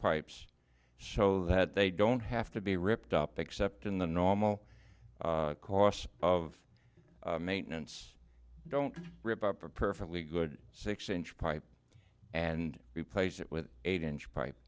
pipes so that they don't have to be ripped up except in the normal costs of maintenance don't rip up a perfectly good six inch pipe and replace it with eight inch pipe